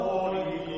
Holy